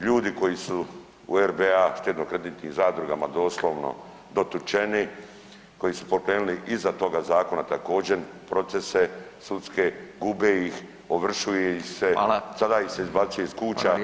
Ljudi koji su u RBA štedno kreditnim zadrugama doslovno dotučeni koji su pokrenuli iza tog zakona također procese sudske gube ih, ovršuje ih se [[Upadica: Hvala.]] sad ih se izbacuje iz kuća.